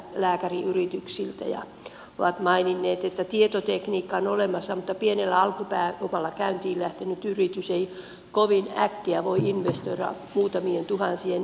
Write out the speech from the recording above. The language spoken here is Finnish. he ovat maininneet että tietotekniikka on olemassa mutta pienellä alkupääomalla käyntiin lähtenyt yritys ei kovin äkkiä voi investoida muutamiin tuhansiin